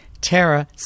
Tara